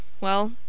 Well